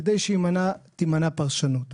כדי שתימנע פרשנות.